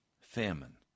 Famine